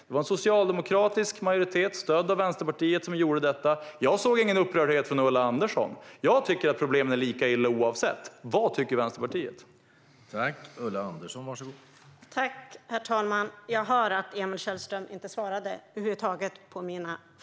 Det var en socialdemokratisk majoritet, stödd av Vänsterpartiet, som gjorde detta. Jag såg ingen upprördhet från Ulla Andersson. Jag tycker att problemen är lika illa oavsett om det handlar om en privat aktör eller om en kommun. Vad tycker Vänsterpartiet?